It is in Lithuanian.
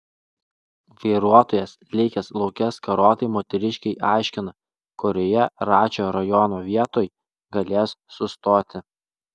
vairuotojas likęs lauke skarotai moteriškei aiškina kurioje račio rajono vietoj galės sustoti